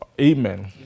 Amen